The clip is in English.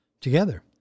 Together